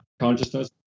consciousness